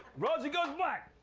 rosie goes black.